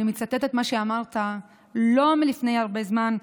ואני מצטטת מה שאמרת לא לפני הרבה זמן.